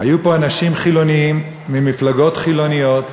היו פה אנשים חילונים, ממפלגות חילוניות,